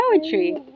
poetry